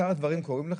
לשאר הדברים קוראים לכם?